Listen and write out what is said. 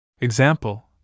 Example